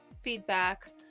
feedback